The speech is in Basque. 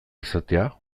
izatea